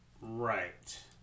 Right